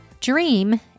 Dream